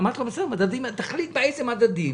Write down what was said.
אמרתי לו: בסדר, תחליט באיזה מדדים,